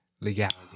legality